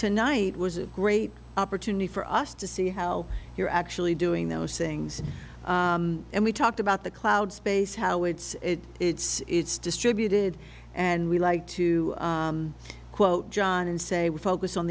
tonight was a great opportunity for us to see how you're actually doing those things and we talked about the cloud space how it's it's it's distributed and we like to quote john and we focus on